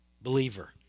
Believer